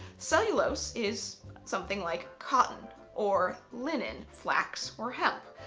cellulose is something like cotton or linen, flax or hemp.